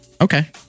Okay